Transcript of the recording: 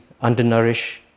undernourished